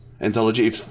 anthology